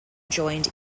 joined